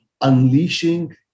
unleashing